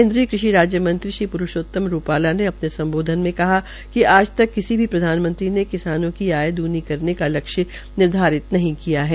केन्द्रीय कृषि राज्य मंत्री श्री प्रूषोतम रूपाल ने अपने सम्बोध्न में कहा कि आज तक किसी भी प्रधानमंत्री ने किसानों की आय दूनी करने का लक्ष्य निर्धारित नहीं किया है